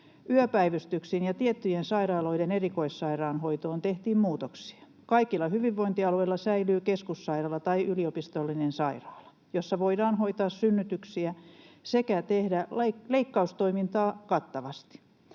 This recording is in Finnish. Yöpäivystyksiin ja tiettyjen sairaaloiden erikoissairaanhoitoon tehtiin muutoksia. Kaikilla hyvinvointialueilla säilyy keskussairaala tai yliopistollinen sairaala, jossa voidaan hoitaa synnytyksiä sekä tehdä leikkaustoimintaa kattavasti.